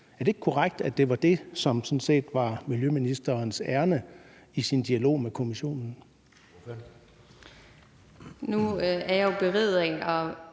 Er det ikke korrekt, at det var det, som sådan set var miljøministerens ærinde i hendes dialog med Kommissionen?